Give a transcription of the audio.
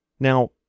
Now